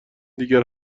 دیگر